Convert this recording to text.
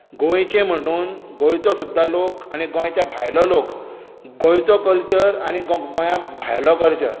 गोंयचें म्हणून गोंयचो सुद्दां लोक आनी गोंयच्या भायलो लोक गोंयचो कल्चर आनी गोंया भायलो कल्चर